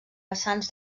vessants